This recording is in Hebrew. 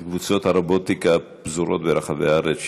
את קבוצות הרובוטיקה הפזורות ברחבי הארץ,